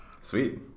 Sweet